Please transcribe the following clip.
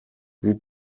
vous